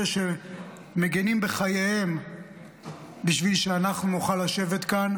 אלה שמגינים בחייהם בשביל שאנחנו נוכל לשבת כאן,